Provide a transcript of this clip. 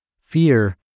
Fear